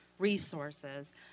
resources